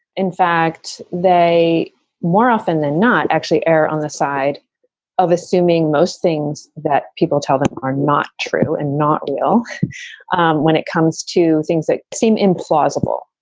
in fact, they more often than not actually air on the side of assuming most things that people tell them are not true and not real when it comes to things that seem implausible.